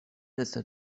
ist